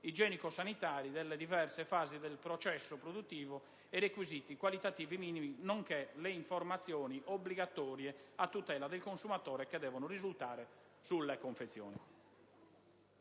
igienico-sanitari delle diverse fasi del processo produttivo e i requisiti qualitativi minimi, nonché le informazioni obbligatorie a tutela del consumatore che devono risultare sulle confezioni.